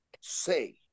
say